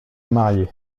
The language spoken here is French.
marier